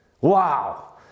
Wow